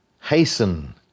Hasten